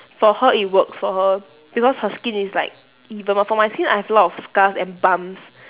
for her it works for her because her skin is like even but for my skin I have a lot of scars and bumps